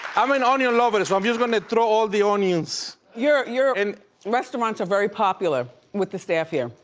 i'm an onion lover so i'm just gonna throw all the onions. your your and restaurants are very popular with the staff here.